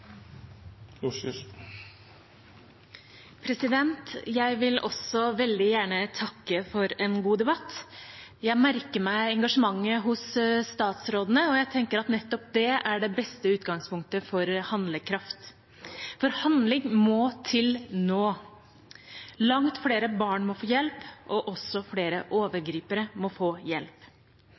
debatt. Jeg vil også veldig gjerne takke for en god debatt. Jeg merker meg engasjementet hos statsrådene, og jeg tenker at nettopp det er det beste utgangspunktet for handlekraft, for handling må til nå. Langt flere barn må få hjelp, og flere overgripere må også få hjelp.